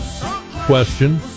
question